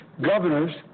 governors